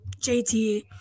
JT